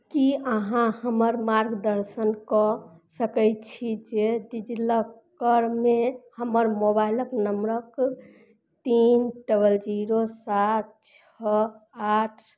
की आहांँ हमर मार्गदर्शन कऽ सकैत छी जे डीजीलौकरमे हमर मोबाइलक नंबरक तीन डबल जीरो सात छओ आठ